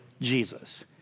Jesus